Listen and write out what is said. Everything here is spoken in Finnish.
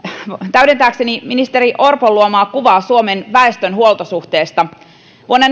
täydentääkseni ministeri orpon luomaa kuvaa suomen väestön huoltosuhteesta vuonna